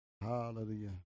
Hallelujah